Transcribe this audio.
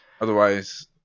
Otherwise